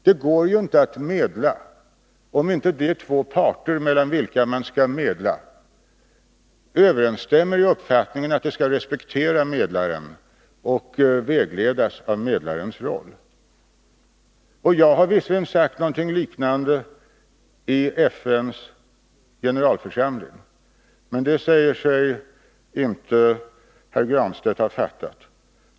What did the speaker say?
Det går inte att medla, om de två parter mellan vilka man skall medla inte har överensstämmande uppfattning om att de skall respektera medlaren och vägledas av medlarens råd. Jag har visserligen sagt något liknande vid FN:s generalförsamling, men det säger sig Pär Granstedt inte ha fattat.